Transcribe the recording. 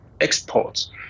exports